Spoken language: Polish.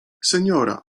seniora